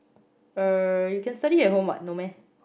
uh you can study at home what no meh